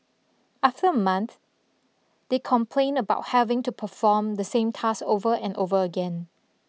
after a month they complained about having to perform the same task over and over again